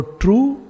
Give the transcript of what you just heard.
true